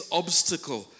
obstacle